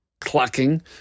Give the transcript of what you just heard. clucking